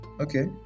okay